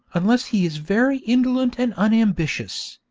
unless he is very indolent and unambitious,